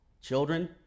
children